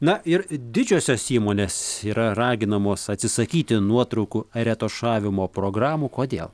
na ir didžiosios įmonės yra raginamos atsisakyti nuotraukų retušavimo programų kodėl